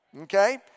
okay